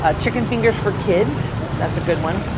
ah chicken fingers for kids, that's a good one.